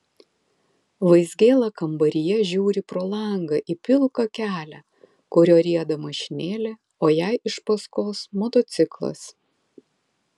vaizgėla kambaryje žiūri pro langą į pilką kelią kuriuo rieda mašinėlė o jai iš paskos motociklas